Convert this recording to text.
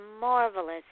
marvelous